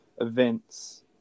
events